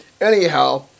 Anyhow